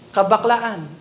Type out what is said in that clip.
Kabaklaan